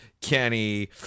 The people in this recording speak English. Kenny